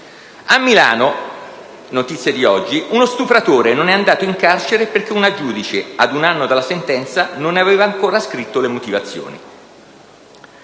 a Milano - notizia di oggi - uno stupratore non è andato in carcere perché una giudice, ad un anno dalla sentenza, non ne aveva ancora scritto le motivazioni.